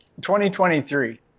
2023